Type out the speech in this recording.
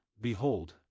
Behold